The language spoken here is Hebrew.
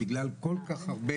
בגלל זה אנחנו מבקשים הארכה.